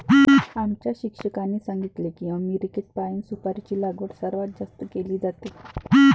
आमच्या शिक्षकांनी सांगितले की अमेरिकेत पाइन सुपारीची लागवड सर्वात जास्त केली जाते